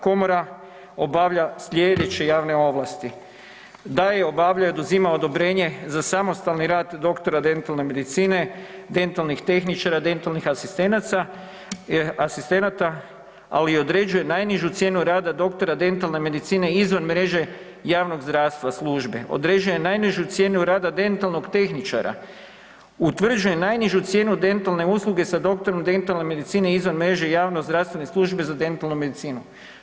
Komora obavlja sljedeće javne ovlasti, daje, obavlja, oduzima odobrenje za samostalni rad doktora dentalne medicine, dentalnih tehničara, dentalnih asistenata, ali i određuje najnižu cijenu rada doktora dentalne medicine izvan mreže javnog zdravstva službe, određuje najnižu cijenu rada dentalnog tehničara, utvrđuje najnižu cijenu dentalne usluge sa doktorom dentalne medicine izvan mreže javno-zdravstvene službe za dentalnu medicinu.